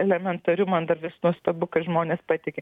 elementariu man dar vis nuostabu kad žmonės patiki